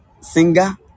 singer